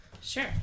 Sure